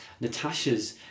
Natasha's